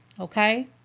Okay